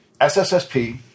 SSSP